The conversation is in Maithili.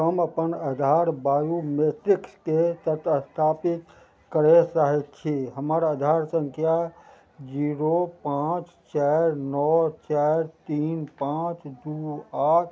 हम अपन आधार बायोमेट्रिक्सके सत स्थापित करय चाहैत छी हमर आधार संख्या जीरो पाँच चारि नओ चारि तीन पाँच दू आठ